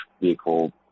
vehicle